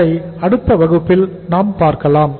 அதை அடுத்த வகுப்பில் நாம் பார்க்கலாம்